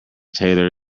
tailor